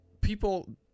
people